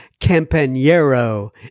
campanero